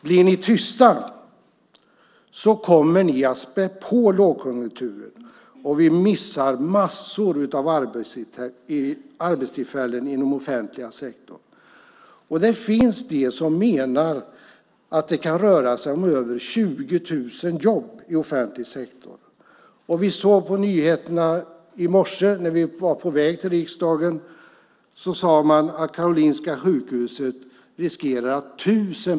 Om ni är tysta kommer ni att späda på lågkonjunkturen och vi missar massor av arbetstillfällen inom offentlig sektor. Det finns de som menar att det kan röra sig om över 20 000 jobb i offentlig sektor. I morse kunde vi på nyheterna höra att tusen personer riskerar att sägas upp vid Karolinska sjukhuset.